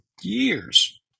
years